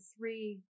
three